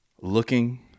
looking